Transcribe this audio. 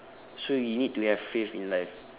so you need to have faith in life